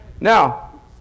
Now